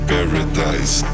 Paradise